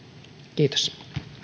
kiitos